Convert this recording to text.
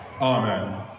Amen